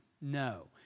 No